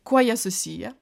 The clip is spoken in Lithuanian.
kuo jie susiję